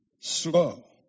Slow